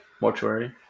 mortuary